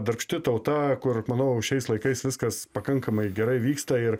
darbšti tauta kur manau šiais laikais viskas pakankamai gerai vyksta ir